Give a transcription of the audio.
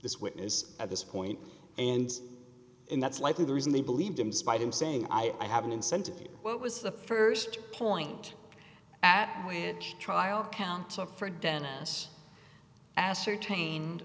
this witness at this point and that's likely the reason they believed him spite him saying i have an incentive here what was the st point at which trial counsel for dennis ascertain